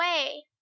away